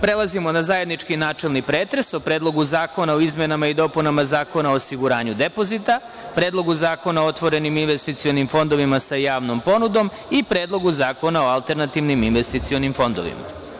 Prelazimo na zajednički načelni pretres o Predlogu zakona o izmenama i dopunama Zakona o osiguranju depozita, Predlogu zakona o otvorenim investicionim fondovima sa javnom ponudom i Predlogu zakona o alternativnim investicionim fondovima.